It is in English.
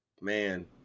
man